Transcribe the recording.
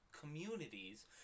communities